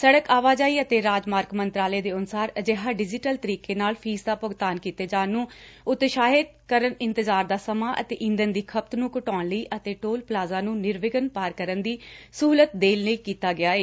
ਸੜਕ ਆਵਾਜਾਈ ਅਤੇ ਰਾਜ ਮਾਰਗ ਮੰਤਰਾਲੇ ਦੇ ਅਨੁਸਾਰ ਅਜਿਹਾ ਡਿਜ਼ੀਟਲ ਤਰੀਕੇ ਨਾਲ ਫੀਸ ਦਾ ਭੁਗਤਾਨ ਕੀਤੇ ਜਾਣ ਨ੍ੰ ਉਤਸ਼ਾਹਿਤ ਕਰਨ ਇੰਤਜ਼ਾਰ ਦਾ ਸਮਾਂ ਅਤੇ ਈਧਨ ਦੀ ਖਪਤ ਨ੍ੰ ਘਟਾਉਣ ਲਈ ਅਤੇ ਟੋਲ ਪਲਾਜਾ ਨ੍ੰ ਨਿਰਵਿਘਨ ਪਾਰ ਕਰਨ ਦੀ ਸਹੁਲਤ ਦੇਣ ਲਈ ਕੀਤਾ ਗਿਆ ਏ